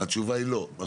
התשובה היא לא, נכון?